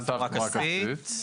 בנוסף תמורה כספית.